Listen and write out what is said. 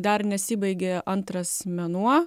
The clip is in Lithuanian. dar nesibaigė antras mėnuo